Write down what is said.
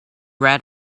read